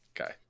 Okay